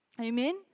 Amen